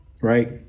right